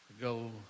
go